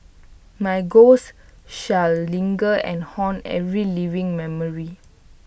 my ghost shall linger and haunt every living memory